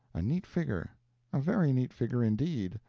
a neat figure a very neat figure, indeed!